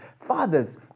Fathers